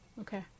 Okay